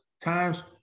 times